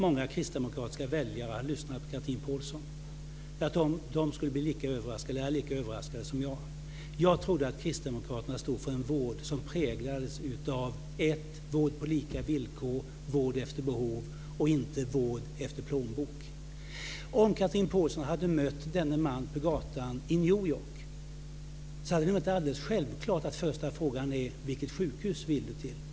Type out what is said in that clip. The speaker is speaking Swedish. Fru talman! Jag hoppas innerligt att många kristdemokratiska väljare har lyssnat till Chatrine Pålsson. De är då lika överraskade som jag. Jag trodde att kristdemokraterna stod för en vård som präglades av vård på lika villkor och för vård efter behov och inte för vård efter plånbok. Om Chatrine Pålsson hade mött denne man på gatan i New York hade det inte varit alldeles självklart att första frågan hade varit: Vilket sjukhus vill du till?